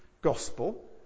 gospel